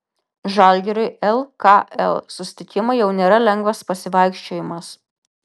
žalgiriui lkl susitikimai jau nėra lengvas pasivaikščiojimas